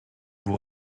vous